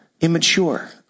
immature